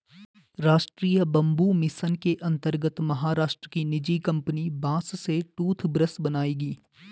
राष्ट्रीय bamboo mission के अंतर्गत महाराष्ट्र की निजी कंपनी बांस से टूथब्रश बनाएगी